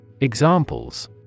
Examples